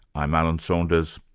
i'm alan saunders,